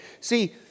See